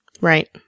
Right